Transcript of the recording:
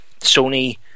Sony